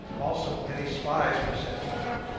also many spies were set to work.